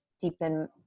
deepen